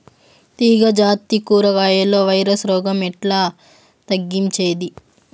తీగ జాతి కూరగాయల్లో వైరస్ రోగం ఎట్లా తగ్గించేది?